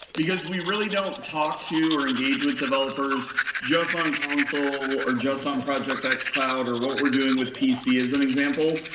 because we really don't talk to or engage with developers just on console or just on project like xcloud or what we're doing with pc as an example.